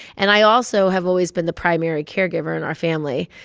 and i also have always been the primary caregiver in our family,